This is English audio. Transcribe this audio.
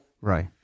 Right